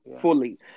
fully